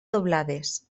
doblades